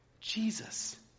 Jesus